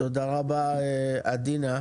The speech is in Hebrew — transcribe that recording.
תודה רבה עדינה.